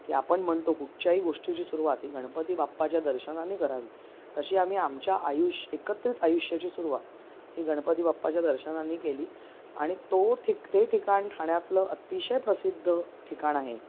की आपण म्हणतो खूपच्याही गोष्टीची सुरुवात ही गणपतीबाप्पाच्या दर्शनाने करावी तशी आम्ही आमच्या आयुष्य एकत्रित आयुष्याची सुरुवात ही गणपतीबापाच्या दर्शनानी केली आणि तो ठिक ते ठिकाण ठाण्यातलं अतिशय प्रसिद्ध ठिकाण आहे